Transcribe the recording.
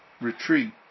retreat